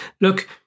look